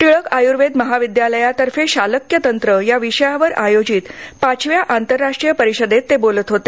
टिळक आयुर्वेद महाविद्यालयातर्फे शालक्यतंत्र या विषयावर आयोजित पाचव्या आंतरराष्ट्रीय परिषदेत ते बोलत होते